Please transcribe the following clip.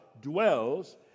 dwells